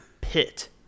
pit